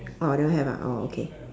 orh that one have ah oh okay